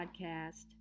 podcast